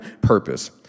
purpose